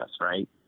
right